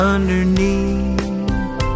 Underneath